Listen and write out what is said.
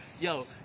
Yo